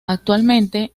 actualmente